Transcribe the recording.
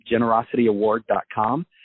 generosityaward.com